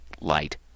light